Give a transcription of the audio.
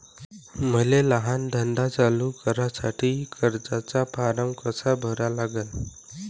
मले लहान धंदा चालू करासाठी कर्जाचा फारम कसा भरा लागन?